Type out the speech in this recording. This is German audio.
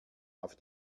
auf